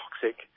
toxic